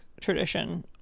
tradition